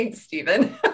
Stephen